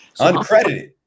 Uncredited